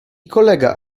kolega